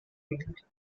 field